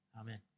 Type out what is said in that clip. Amen